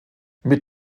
mit